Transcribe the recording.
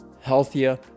healthier